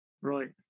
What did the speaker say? Right